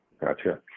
Gotcha